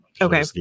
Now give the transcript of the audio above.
Okay